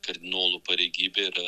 kardinolų pareigybė yra